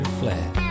flat